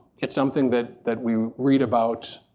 it's something that that we read about,